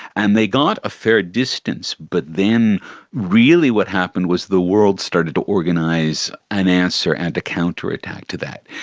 and they got a fair distance, but then really what happened was the world started to organise an answer and a counter-attack to that.